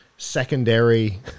secondary